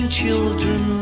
children